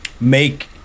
make